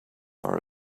are